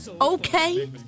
Okay